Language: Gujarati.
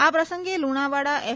આ પ્રસંગે લુણાવાડા એસ